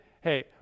Hey